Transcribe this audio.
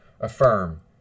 Affirm